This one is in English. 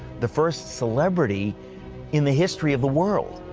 the first celebrities in the history of the world.